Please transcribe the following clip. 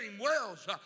wells